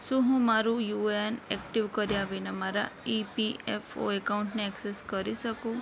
શું હું મારું યુએએન એક્ટિવ કર્યા વિના મારો ઈપીએફઓ એકાઉન્ટના એક્સેસ કરી શકું